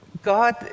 God